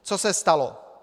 Co se stalo?